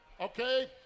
Okay